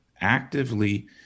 actively